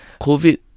COVID